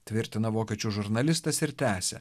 tvirtina vokiečių žurnalistas ir tęsia